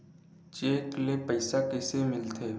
Cheque ले पईसा कइसे मिलथे?